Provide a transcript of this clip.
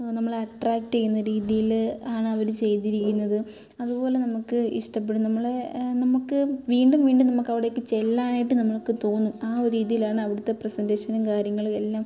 നമ്മളെ അട്ട്രാക്റ്റ് ചെയ്യുന്ന രീതിയിൽ ആണ് അവർ ചെയ്തിരിക്കുന്നത് അത്പോലെ നമുക്ക് ഇഷ്ടപ്പെടും നമ്മളെ നമുക്ക് വീണ്ടും വീണ്ടും നമുക്ക് അവിടേക്ക് ചെല്ലാനായിട്ട് നമുക്ക് തോന്നും ആ ഒരു രീതിയിലാണ് അവിടുത്തെ പ്രസൻറ്റേഷനും കാര്യങ്ങളും എല്ലാം